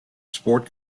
sport